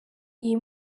iyi